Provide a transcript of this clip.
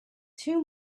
two